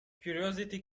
curiosity